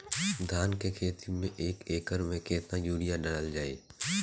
धान के खेती में एक एकड़ में केतना यूरिया डालल जाई?